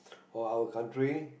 or our country